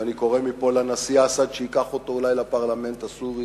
ואני קורא מפה לנשיא אסד שייקח אותו אולי לפרלמנט הסורי,